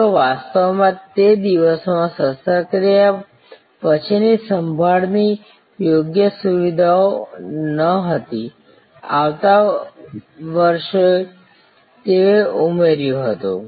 તેઓ વાસ્તવમાં તે દિવસોમાં શસ્ત્રક્રિયા પછીની સંભાળની યોગ્ય સુવિધાઓ ન હતી આવતા વર્ષે તેઓએ ઉમેર્યું હતું